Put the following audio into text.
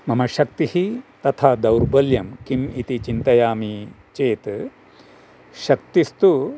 मम शक्तिः तथा दौर्बल्यं किम् इति चिन्तामि चेत् शक्तिस्तु